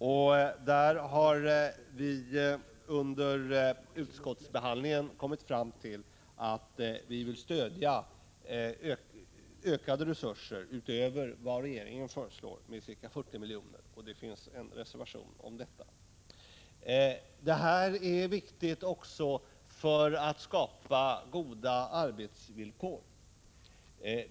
Vi har under utskottsbehandlingen kommit fram till att vi utöver vad regeringen föreslår vill öka resurserna med ca 40 milj.kr., och det finns en reservation om detta. Att anslaget för investeringar utökas är viktigt också för att skapa goda arbetsvillkor.